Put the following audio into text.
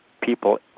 people